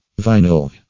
Vinyl